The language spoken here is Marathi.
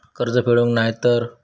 कर्ज फेडूक नाय तर?